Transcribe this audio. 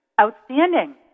Outstanding